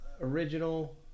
original